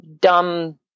dumb